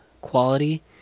quality